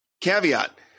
Caveat